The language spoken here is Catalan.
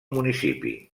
municipi